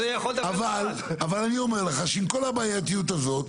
אבל אני אומר לך שעם כל הבעייתיות הזו,